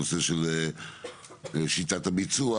נושא של שיטת הביצוע,